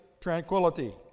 tranquility